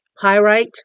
pyrite